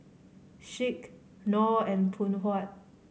Schick Knorr and Phoon Huat